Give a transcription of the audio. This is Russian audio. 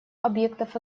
объектов